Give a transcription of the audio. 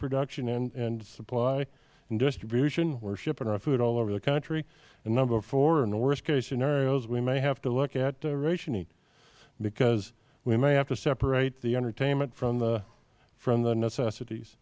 production and supply and distribution we are shipping our food all over the country and number four and the worst case scenario is we may have to look at rationing because we may have to separate the entertainment from the necessities